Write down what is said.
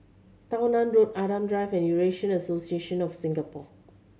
Tao Nan Road Adam Drive and Eurasian Association of Singapore